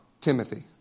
Timothy